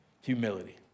Humility